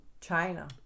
China